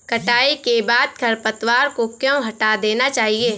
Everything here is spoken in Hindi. कटाई के बाद खरपतवार को क्यो हटा देना चाहिए?